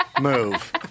move